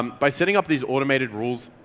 um by setting up these automated rules,